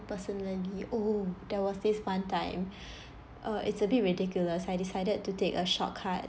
personally oh there was this one time uh it's a bit ridiculous I decided to take a shortcut